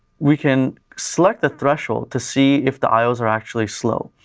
we can select the threshold to see if the ios are actually slow.